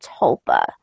Tulpa